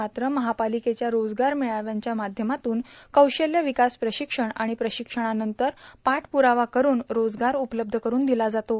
मात्र महापालिकेच्या रोजगार मेळाव्यांच्या माध्यमातून कौशल्य विकास प्रशिक्षण आणि प्रशिक्षणानंतर पाठप्रावा करून रोजगार उपलब्ध करून दिला जातो